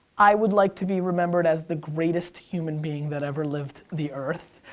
i would like to be remembered as the greatest human being that ever lived the earth.